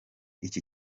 iki